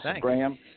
Graham